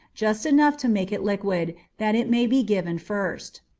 just enough to make it liquid, that it may be given first.